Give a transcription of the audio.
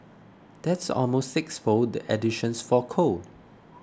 that's almost sixfold the additions for coal